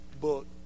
book